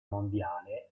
mondiale